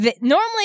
normally